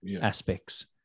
aspects